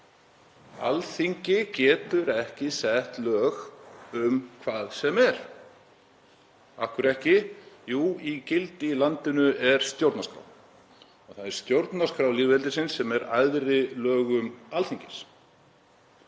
Alþingi getur ekki sett lög um hvað sem er. Af hverju ekki? Jú, í gildi í landinu er stjórnarskrá og það er stjórnarskrá lýðveldisins sem er æðri lögum Alþingis.